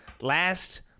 last